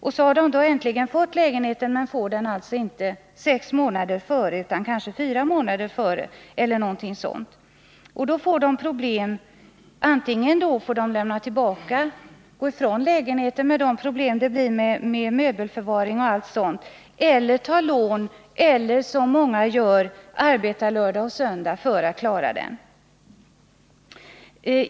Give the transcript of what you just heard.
När de äntligen får lägenheten är det inte sex månader före inryckningen utan kanske fyra månader före. Antingen får de gå ifrån lägenheten med de problem som då uppstår, möbelförvaring m.m., eller ta lån eller också, som många gör, arbeta lördag och söndag för att klara det hela.